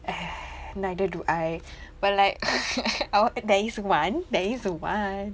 !hais! neither do I but like there is one there is one